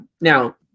Now